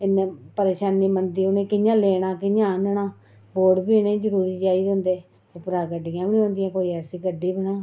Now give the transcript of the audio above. इन्ने परेशानी बनदी उ'नेंगी कि'यां लैना कि'यां आनना वोट बी इ'नेंगी जरूरी चाहिदे होंदे उप्परा गड्डियां बी औंदियां कोई ऐसी गड्डी बना